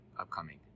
upcoming